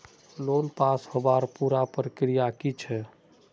Loan पास होबार पुरा प्रक्रिया की छे?